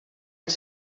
els